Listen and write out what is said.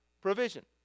provision